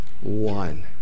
one